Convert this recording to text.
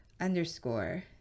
underscore